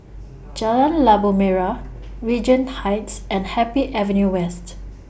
Jalan Labu Merah Regent Heights and Happy Avenue West